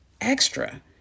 extra